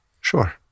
Sure